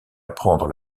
apprendre